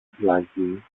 φυλακή